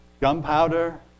gunpowder